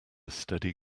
steady